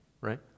right